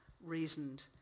reasoned